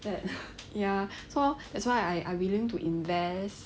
bad ya so that's why I I willing to invest